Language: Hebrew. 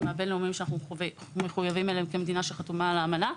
הבין-לאומיים שאנחנו מחויבים אליהם כמדינה שחתומה על האמנה.